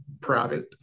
private